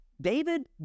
David